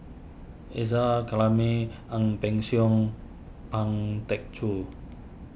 Isa Kalami Ang Peng Siong Ang Teck Joon